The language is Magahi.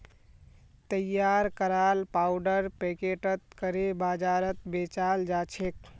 तैयार कराल पाउडर पैकेटत करे बाजारत बेचाल जाछेक